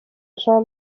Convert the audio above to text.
jean